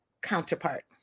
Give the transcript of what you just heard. counterpart